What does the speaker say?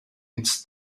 its